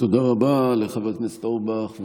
תודה רבה לחבר הכנסת אורבך,